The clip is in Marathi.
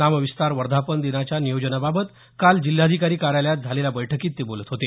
नामविस्तार वर्धापन दिनाच्या नियोजनाबाबत आज जिल्हाधिकारी कार्यालयात झालेल्या बैठकीत ते बोलत होते